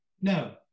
No